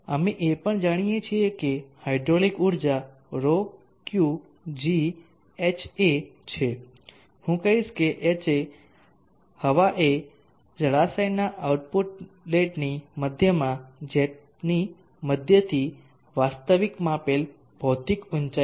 અમે એ પણ જાણીએ છીએ કે હાઇડ્રોલિક ઊર્જા ρQgHa છે હું કહીશ કે Ha હવા એ જળાશયના આઉટલેટની મધ્યમાં જેટની મધ્યથી વાસ્તવિક માપેલ ભૌતિક ઊંચાઇ છે